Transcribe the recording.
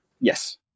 Yes